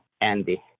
Andy